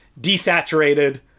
desaturated